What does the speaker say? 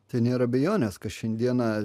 tai nėr abejonės kas šiandieną